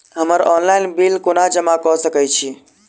हम्मर online bill कोना जमा कऽ सकय छी?